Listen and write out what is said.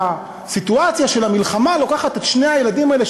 הסיטואציה של המלחמה לוקחת את שני הילדים האלה,